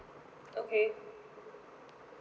okay